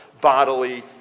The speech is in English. bodily